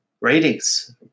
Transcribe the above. ratings